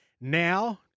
Now